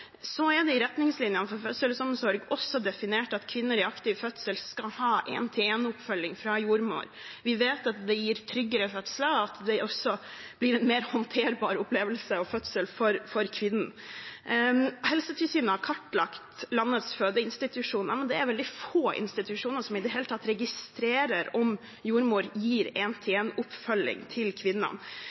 I retningslinjene for fødselsomsorg er det også definert at kvinner i aktiv fødsel skal ha én-til-én-oppfølging fra jordmor. Vi vet at det gir tryggere fødsler, og at det blir en mer håndterbar fødselsopplevelse for kvinnen. Helsetilsynet har kartlagt landets fødeinstitusjoner, men det er veldig få institusjoner som i det hele tatt registrerer om jordmor gir én-til-én-oppfølging til